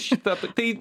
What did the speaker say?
šita tai